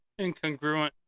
incongruent